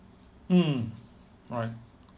mm right